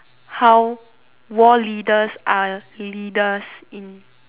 how war leaders are leaders in